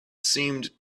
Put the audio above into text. seemed